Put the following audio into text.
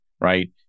Right